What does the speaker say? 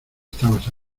estabas